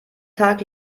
tag